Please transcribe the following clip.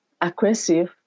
aggressive